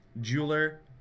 Jeweler